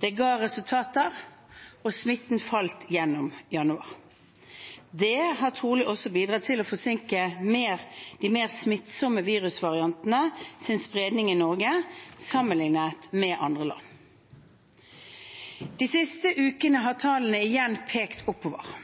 Det ga resultater, og smitten falt gjennom januar. Det har trolig også bidratt til å forsinke de mer smittsomme virusvariantenes spredning i Norge, sammenliknet med andre land. De siste ukene har tallene igjen pekt oppover,